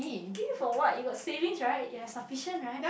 give me for what you got savings right you have sufficient right